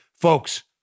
folks